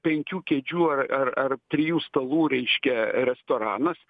penkių kėdžių ar ar ar trijų stalų reiškia restoranas